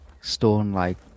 stone-like